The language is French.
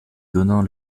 donnant